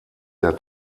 der